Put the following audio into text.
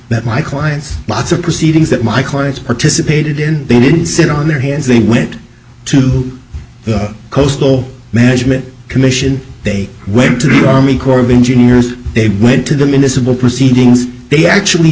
that my clients lots of proceedings that my clients participated in they didn't sit on their hands they went to the coastal management commission they went to the army corps of engineers they went to the municipal proceedings they actually